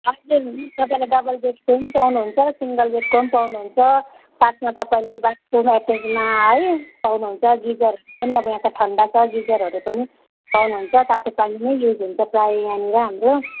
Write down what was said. हजुर तपाईँले डबल बेडको पनि पाउनुहुन्छ सिङ्गल बेडको पनि पाउनुहुन्छ साथमा तपाईँले बाथरूम एटेजमा है पाउनुहुन्छ गिजरहरू पनि अब यहाँ त ठन्डा छ गिजरहरू पनि पाउनुहुन्छ तातो पानी नै युज हुन्छ प्रायः यहाँनिर हाम्रो